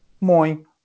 moin